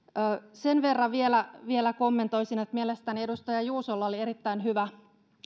sen verran vielä vielä kommentoisin että mielestäni edustaja juusolla oli erittäin hyvä